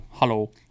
Hello